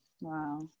Wow